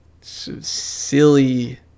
silly